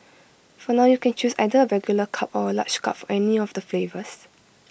for now you can choose either A regular cup or A large cup for any of the flavours